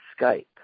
Skype